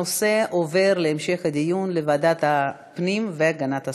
הנושא עובר להמשך דיון בוועדת הפנים והגנת הסביבה.